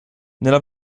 nella